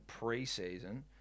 preseason